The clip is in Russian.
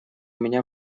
меня